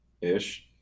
ish